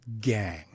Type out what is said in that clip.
Gang